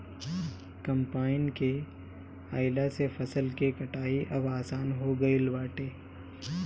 combine के आइला से फसल के कटाई अब आसान हो गईल बाटे